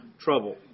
trouble